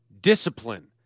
discipline